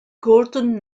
gorton